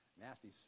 nasty